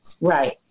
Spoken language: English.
right